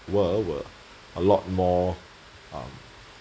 were were a lot more um